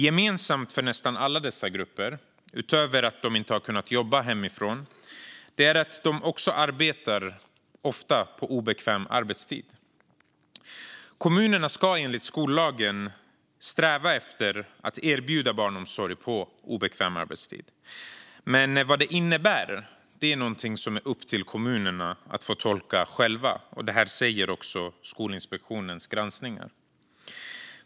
Gemensamt för nästan alla dessa grupper, utöver att de inte kunnat jobba hemifrån, är att de också ofta arbetar på obekväm arbetstid. Kommunerna ska enligt skollagen sträva efter att erbjuda barnomsorg på obekväm arbetstid. Men vad detta innebär är det upp till kommunerna att tolka själva. Detta säger också Skolinspektionen i sin granskning.